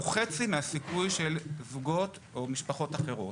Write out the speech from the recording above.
חצי מהסיכוי של זוגות או משפחות אחרות.